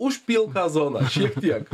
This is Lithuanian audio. už pilką zoną šiek tiek